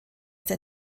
der